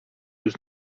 już